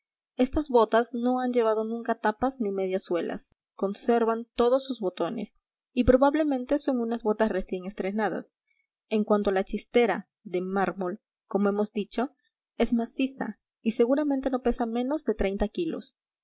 estas botas no han llevado nunca tapas ni medias suelas conservan todos sus botones y probablemente son unas botas recién estrenadas en cuanto a la chistera de mármol como hemos dicho es maciza y seguramente no pesa menos de treinta kilos